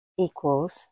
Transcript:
equals